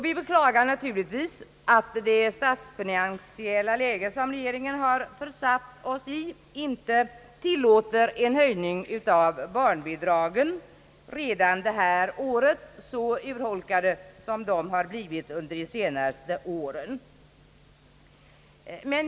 Vi beklagar naturligtvis att det statsfinansiella läge som regeringen har försatt oss i inte tillåter en höjning av barnbidragen redan detta år, så urholkade som de har blivit under de senaste åren.